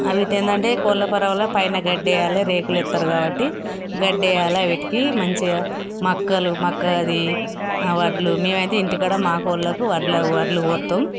అవి ఏంటంటే కోళ్ళ ఫారంలో పైన గడ్డి వేయాలి రేకులు వేస్తారు కాబట్టి గడ్డి వేయాలి వాటికి మంచిగా మక్కలు మక్క అవి వడ్లు మేము అయితే ఇంటికాడ మా కోళ్ళకు వడ్లు పోస్తాము